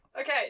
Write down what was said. Okay